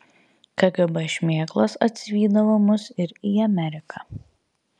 kgb šmėklos atsivydavo mus ir į ameriką